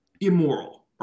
immoral